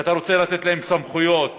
כשאתה רוצה לתת להם סמכויות ותקציב,